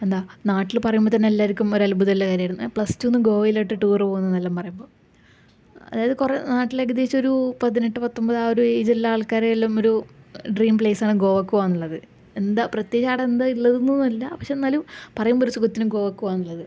എന്താ നാട്ടില് പറയുമ്പം തന്നെ എല്ലാവർക്കും ഒരത്ഭുതം ഉള്ള കാര്യമായിരുന്നു പ്ലസ് ടു ന്ന് ഗോവയിലോട്ട് ടൂറ് പോകുന്നു എന്ന് എല്ലാം പറയുമ്പോൾ അതായത് കുറെ നാട്ടില് ഏകദേശം ഒരു പതിനെട്ടു പത്തൊമ്പത് ആ ഒരു ഏജുള്ള ആള്ക്കാരെ എല്ലാം ഒരു ഡ്രീം പ്ലയ്സ് ആണ് ഗോവയ്ക്ക് പോകുക എന്നുള്ളത് എന്താ പ്രത്യേകിച്ച് അവിടെ എന്താ ഉള്ളതെന്ന് എന്നല്ല പക്ഷെ എന്നാലും പറയുമ്പോൾ ഒരു സുഖത്തിനു ഗോവയ്ക്കു പോകുക എന്നുള്ളത്